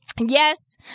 Yes